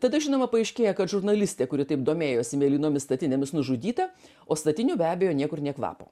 tada žinoma paaiškėja kad žurnalistė kuri taip domėjosi mėlynomis statinėmis nužudyta o statinių be abejo niekur nė kvapo